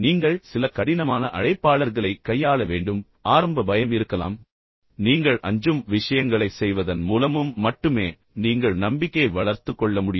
நீங்கள் சில கடினமான அழைப்பாளர்களைக் கையாள வேண்டும் உங்களுக்கு சில ஆரம்ப பயமும் அச்சமும் இருக்கலாம் ஆனால் பயிற்சி செய்வதன் மூலமும் நீங்கள் அஞ்சும் விஷயங்களைச் செய்வதன் மூலமும் மட்டுமே நீங்கள் நம்பிக்கையை வளர்த்துக் கொள்ள முடியும்